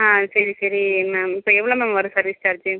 ஆ சரி சரி மேம் இப்போ எவ்வளோ மேம் வரும் சர்வீஸ் சார்ஜு